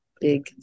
Big